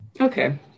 Okay